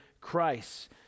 Christ